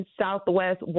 Southwest